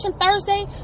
Thursday